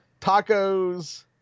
tacos